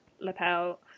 lapel